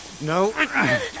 No